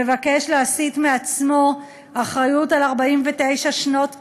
מבקש להסיט מעצמו אחריות ל-49 שנות כיבוש.